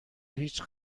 هیچ